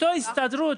אותה הסתדרות,